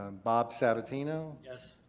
um bob sabatino. yes.